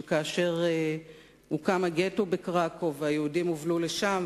שכאשר הוקם הגטו בקרקוב והיהודים הובלו לשם,